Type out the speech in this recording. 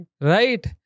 Right